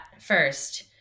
first